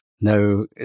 no